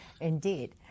indeed